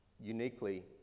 uniquely